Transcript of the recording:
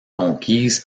conquise